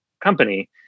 company